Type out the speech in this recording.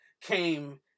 came